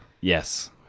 Yes